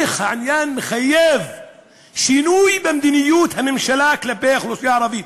העניין מחייב שינוי במדיניות הממשלה כלפי האוכלוסייה הערבית,